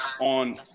on